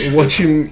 watching